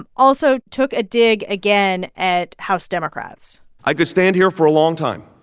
um also took a dig again at house democrats i could stand here for a long time.